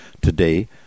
Today